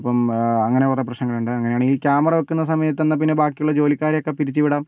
അപ്പം ആ അങ്ങനെ കുറേ പ്രശ്നങ്ങളുണ്ട് അങ്ങനെയാണ് ഈ ക്യാമറ വയ്ക്കുന്ന സമയത്ത് എന്നാൽ പിന്നെ ബാക്കിയുള്ള ജോലിക്കാരെയൊക്കെ പിരിച്ചുവിടാം